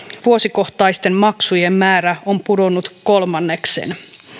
vuosikohtaisten maksujen määrä on pudonnut kolmanneksen